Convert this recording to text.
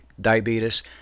diabetes